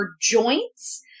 joints